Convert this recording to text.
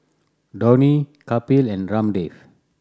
Dhoni Kapil and Ramdev